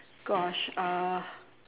gosh uh